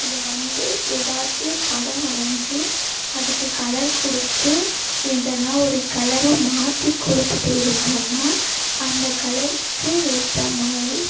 அதுவந்து ஏதாச்சி படம் வரைஞ்சி அதுக்கு கலர் கொடுத்து எதுனா ஒரு கலரை மாற்றி கொடுத்துட்டு இருந்தோம்னால் அந்த கலருக்கு ஏற்ற மாதிரி